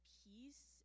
peace